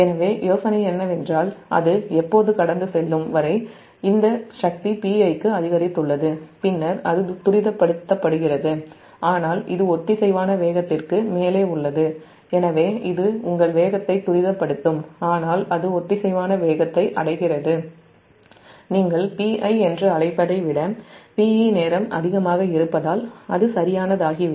எனவே யோசனை என்னவென்றால் அது கடந்து செல்லும் வரை இந்த சக்தி Pi க்கு எப்போது அதிகரித்துள்ளது பின்னர் அது துரிதப்படுத்துகிறது ஆனால் இது ஒத்திசைவான வேகத்திற்கு மேலே உள்ளது எனவே இது உங்கள் வேகத்தை துரிதப்படுத்தும் ஆனால் அது ஒத்திசைவான வேகத்தை அடைகிறது நீங்கள் Pi என்று அழைப்பதை விட Pe நேரம் அதிகமாக இருப்பதால் அது சரியானதாகிவிடும்